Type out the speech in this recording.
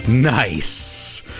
Nice